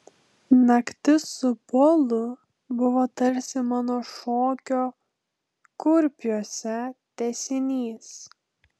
naktis su polu buvo tarsi mano šokio kurpiuose tęsinys